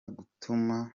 gutuma